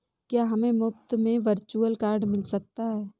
क्या हमें मुफ़्त में वर्चुअल कार्ड मिल सकता है?